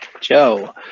Joe